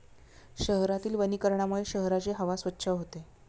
शहरातील वनीकरणामुळे शहराची हवा स्वच्छ होते